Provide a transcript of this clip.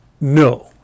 No